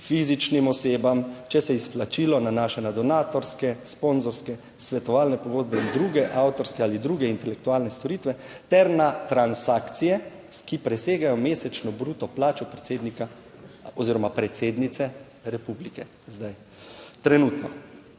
fizičnim osebam, če se izplačilo nanaša na donatorske, sponzorske, svetovalne pogodbe in druge avtorske ali druge intelektualne storitve ter na transakcije, ki presegajo mesečno bruto plačo predsednika oziroma predsednice republike zdaj trenutno.